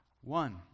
one